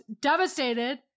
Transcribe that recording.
devastated